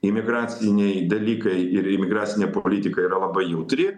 imigraciniai dalykai ir imigracinė politika yra labai jautri